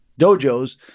dojos